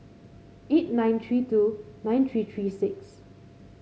eight nine three two nine three three six